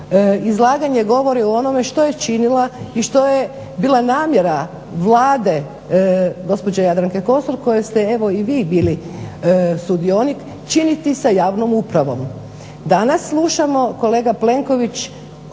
izlaganje govori o onome što je činila i što je bila namjera Vlade gospođe Jadranke Kosor koje ste evo i vi bili sudionik, činiti sa javnom upravom.